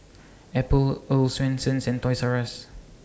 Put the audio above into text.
Apple Earl's Swensens and Toys R US